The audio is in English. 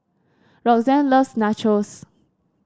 Roxanne loves Nachos